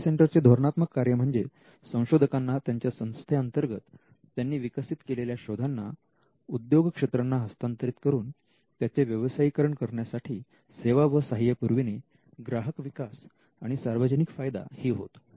I P सेंटरचे धोरणात्मक कार्य म्हणजे संशोधकांना त्यांच्या संस्थेअंतर्गत त्यांनी विकसित केलेल्या शोधाना उद्योगक्षेत्रांना हस्तांतरित करून त्याचे व्यवसायीकरण करण्यासाठी सेवा व सहाय्य पुरविणे ग्राहक विकास आणि सार्वजनिक फायदा ही होत